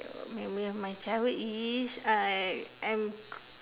memory of my childhood is I I'm